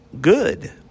good